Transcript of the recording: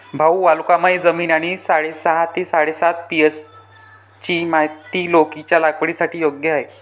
भाऊ वालुकामय जमीन आणि साडेसहा ते साडेसात पी.एच.ची माती लौकीच्या लागवडीसाठी योग्य आहे